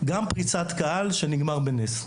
גם פריצת קהל שנגמרה בנס.